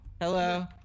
Hello